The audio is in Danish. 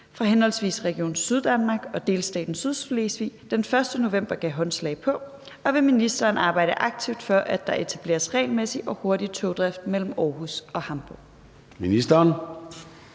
fra henholdsvis Region Syddanmark og delstaten Sydslesvig den 1. november gav håndslag på, og vil ministeren arbejde aktivt for, at der etableres regelmæssig og hurtig togdrift mellem Aarhus og Hamborg?